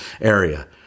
area